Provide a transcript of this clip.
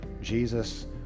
Jesus